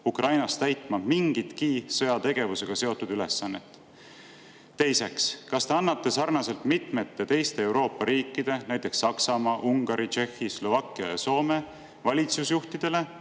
Ukrainasse täitma mingit sõjategevusega seotud ülesannet? Teiseks: kas te annate sarnaselt mitmete teiste Euroopa riikide, näiteks Saksamaa, Ungari, Tšehhi, Slovakkia ja Soome valitsusjuhtidega